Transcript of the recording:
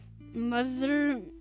Mother